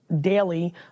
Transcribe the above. daily